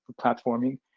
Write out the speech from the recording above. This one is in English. platforming